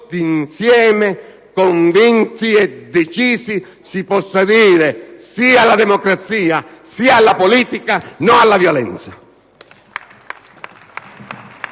insieme, convinti e decisi, si possa dire sì alla democrazia, sì alla politica, no alla violenza!